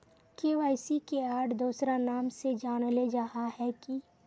KYC के आर दोसरा नाम से जानले जाहा है की?